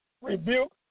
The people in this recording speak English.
rebuke